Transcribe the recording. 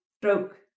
stroke